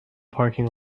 parking